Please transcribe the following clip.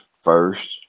first